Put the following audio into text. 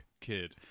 kid